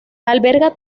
alberga